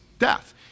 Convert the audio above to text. death